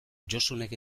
josunek